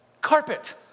carpet